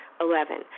Eleven